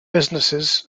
businesses